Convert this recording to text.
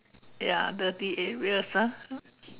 ya dirty areas ah